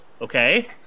Okay